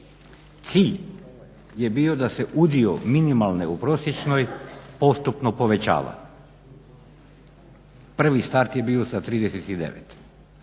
Cilj je bio da se udio minimalne u prosječnoj postupno povećava. Prvi start je bio sa 39%.